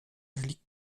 unterliegt